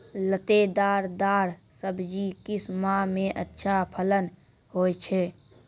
लतेदार दार सब्जी किस माह मे अच्छा फलन होय छै?